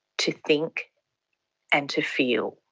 to think and to feel.